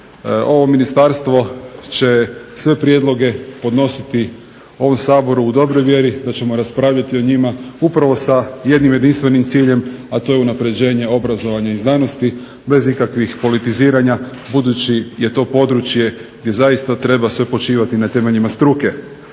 Ovo ministarstvo će sve prijedloge podnositi ovom Saboru u dobroj vjeri da ćemo raspravljati o njima upravo sa jednim jedinstvenim ciljem, a to je unapređenje obrazovanja i znanosti bez ikakvih politiziranja, budući je to područje gdje zaista treba sve počivati na temeljima struke.